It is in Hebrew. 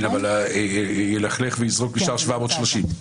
אבל אם ילכלך ויזרוק נשאר 730?